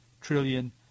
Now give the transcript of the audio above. trillion